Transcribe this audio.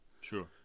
Sure